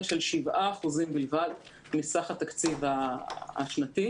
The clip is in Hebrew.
של 7% אחוזים בלבד מסך התקציב השנתי.